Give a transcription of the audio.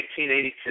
1982